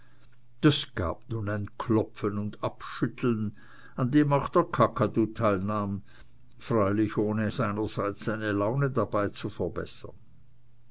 das gab nun ein klopfen und abschütteln an dem auch der kakadu teilnahm freilich ohne seinerseits seine laune dabei zu verbessern